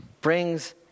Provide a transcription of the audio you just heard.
brings